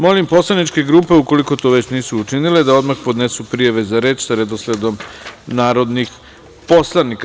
Molim poslaničke grupe ukoliko to već nisu učinile da odmah podnesu prijave za reč sa redosledom narodnih poslanika.